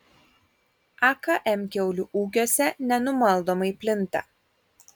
akm kiaulių ūkiuose nenumaldomai plinta